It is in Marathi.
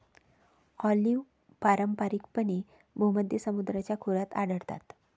ऑलिव्ह पारंपारिकपणे भूमध्य समुद्राच्या खोऱ्यात आढळतात